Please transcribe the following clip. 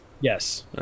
Yes